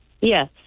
Yes